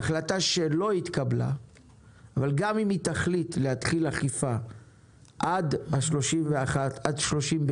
החלטה שלא התקבלה אבל גם אם היא תחליט להתחיל אכיפה עד ה-30 ביוני,